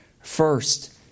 first